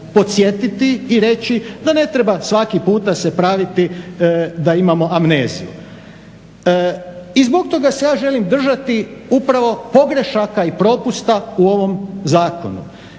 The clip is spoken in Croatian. podsjetiti i reći da ne treba svaki puta se praviti da imamo amneziju. I zbog toga se ja želim držati upravo pogrešaka i propusta u ovom zakonu.